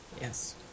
Yes